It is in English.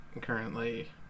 currently